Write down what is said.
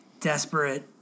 desperate